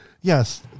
Yes